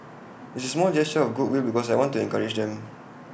it's A small gesture of goodwill because I want to encourage them